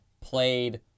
played